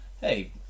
hey